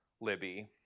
Libby